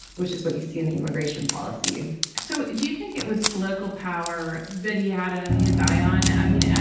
which is what you see in the immigration policy so do you think it was political power that he had and his eye on? i mean,